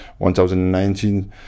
2019